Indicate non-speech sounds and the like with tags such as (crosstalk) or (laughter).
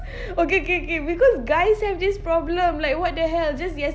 (laughs) okay okay okay because guys have this problem like what the hell just